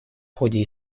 ходе